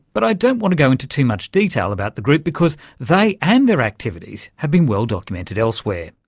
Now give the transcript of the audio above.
but i don't want to go into too much detail about the group because they, and their activities have been well documented elsewhere.